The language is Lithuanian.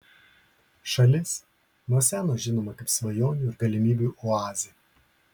šalis nuo seno žinoma kaip svajonių ir galimybių oazė